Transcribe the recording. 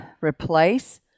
replace